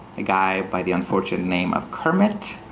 a guy by the unfortunate name of kermit,